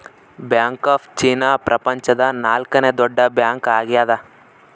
bank of China ಪ್ರಪಂಚದ ನಾಲ್ಕನೆ ದೊಡ್ಡ ಬ್ಯಾಂಕ್ ಆಗ್ಯದ